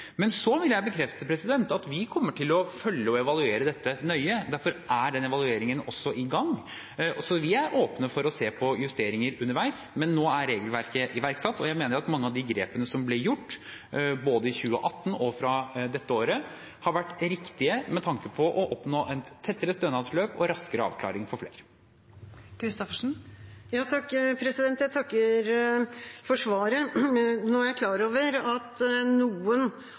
Men jeg vil bekrefte at vi kommer til å følge og evaluere dette nøye. Derfor er den evalueringen også i gang. Vi er åpne for å se på justeringer underveis, men nå er regelverket iverksatt, og jeg mener at mange av de grepene som ble gjort, både i 2018 og fra dette året, har vært riktige med tanke på å oppnå et tettere stønadsløp og raskere avklaring for flere. Jeg takker for svaret. Nå er jeg klar over at når det gjelder noen